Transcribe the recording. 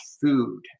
Food